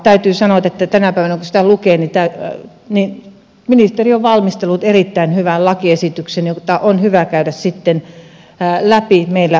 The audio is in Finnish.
täytyy sanoa kun sitä tänä päivänä lukee että ministeri on valmistellut erittäin hyvän lakiesityksen jota sitten on hyvä käydä läpi meillä valiokuntatyössä